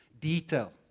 detail